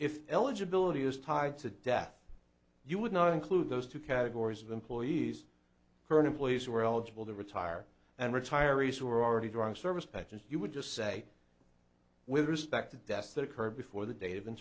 if eligibility is tied to death you would not include those two categories of employees current employees who are eligible to retire and retirees who are already drawing service pensions you would just say with respect to deaths that occurred before the date of in